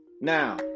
Now